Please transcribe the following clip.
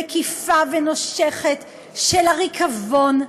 מקיפה ונושכת של הריקבון,